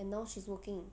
and now she's working